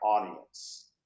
audience